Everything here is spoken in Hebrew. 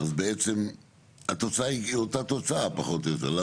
אז בעצם התוצאה היא אותה תוצאה פחות או יותר.